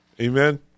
Amen